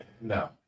No